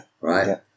Right